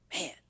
Man